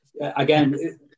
again